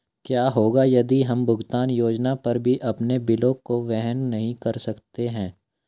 क्या होगा यदि हम भुगतान योजना पर भी अपने बिलों को वहन नहीं कर सकते हैं?